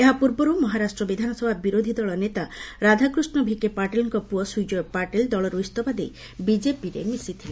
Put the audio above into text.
ଏହା ପୂର୍ବରୁ ମହାରାଷ୍ଟ୍ର ବିଧାନସଭା ବିରୋଧୀ ଦଳ ନେତା ରାଧାକୃଷ୍ଣ ଭିକେ ପାଟିଲ୍ଙ୍କ ପୁଅ ସୁଜୟ ପାଟିଲ୍ ଦଳରୁ ଇସ୍ତଫା ଦେଇ ବିଜେପିରେ ମିଶିଥିଲେ